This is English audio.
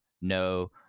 no